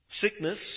Sickness